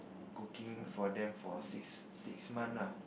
cooking for them for six six month ah